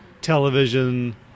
television